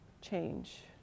change